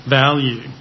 value